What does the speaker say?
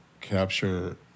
capture